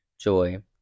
joy